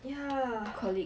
ya